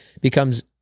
becomes